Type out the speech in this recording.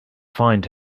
find